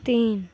तीन